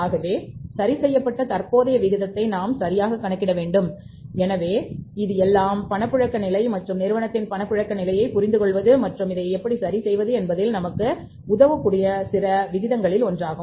ஆகவே சரிசெய்யப்பட்ட தற்போதைய விகிதத்தை நாம் சரியாகக் கணக்கிட வேண்டும் இது எல்லாம் பணப்புழக்க நிலை மற்றும் ஒரு நிறுவனத்தின் பணப்புழக்க நிலையைப் புரிந்துகொள்வது மற்றும் அதை எப்படி செய்வது என்பதில் நமக்கு உதவக்கூடிய சில விகிதங்களில் ஒன்றாகும்